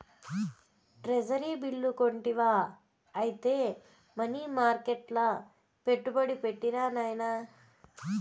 treasury bill కొంటివా ఐతే money మర్కెట్ల పెట్టుబడి పెట్టిరా నాయనా